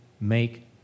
make